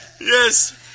yes